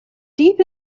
deep